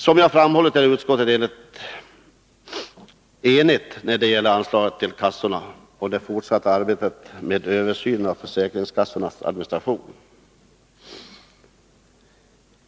Som jag har framhållit är utskottet enigt när det gäller anslaget till kassorna och det fortsatta arbetet med översynen av försäkringskassornas administration.